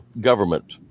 government